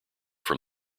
from